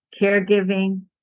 caregiving